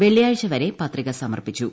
വെള്ളിയാഴ്ച വരെ പത്രിക സമർപ്പിച്ചു